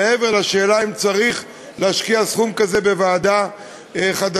מעבר לשאלה אם צריך להשקיע סכום כזה בוועדה חדשה,